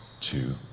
two